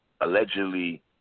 allegedly